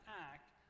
act